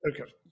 Okay